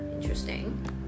interesting